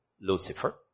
Lucifer